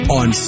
on